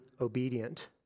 obedient